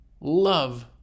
love